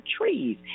Trees